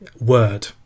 word